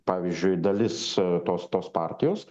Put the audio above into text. pavyzdžiui dalis tos tos partijos